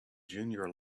junior